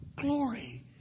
glory